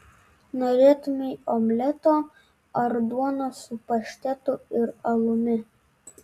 norėtumei omleto ar duonos su paštetu ir alumi